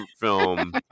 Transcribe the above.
film